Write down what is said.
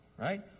Right